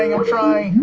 i'm trying,